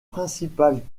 principales